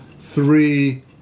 three